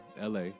LA